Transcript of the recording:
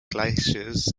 glaciers